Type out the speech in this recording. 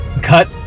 cut